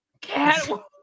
Cat